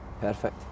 Perfect